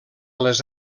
les